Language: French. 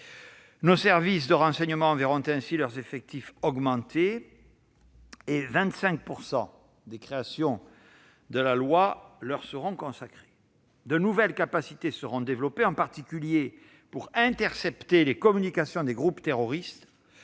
Nos services de renseignement verront leurs effectifs augmenter, puisque 25 % des créations de postes prévues par la LPM leur sont consacrées. De nouvelles capacités seront développées, en particulier pour intercepter les communications des groupes terroristes.